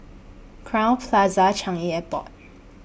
Crowne Plaza Changi Airport